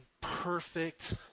perfect